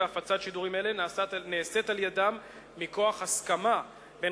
והפצת שידורים אלה נעשית על-ידם מכוח הסכמה בין